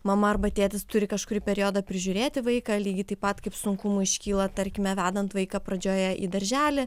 mama arba tėtis turi kažkurį periodą prižiūrėti vaiką lygiai taip pat kaip sunkumų iškyla tarkime vedant vaiką pradžioje į darželį